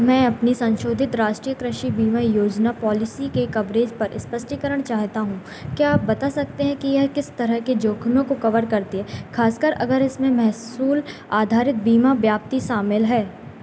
मैं अपनी सन्शोधित राष्ट्रीय कृषि बीमा योजना पॉलिसी के कवरेज़ पर स्पष्टीकरण चाहता हूँ क्या आप बता सकते हैं कि यह किस तरह के जोखिमों को कवर करती है खासकर अगर इसमें मेहसूल आधारित बीमा व्याप्ति शामिल है